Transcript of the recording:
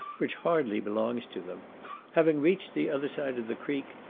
which hardly belongs to them having reached the other side of the creek,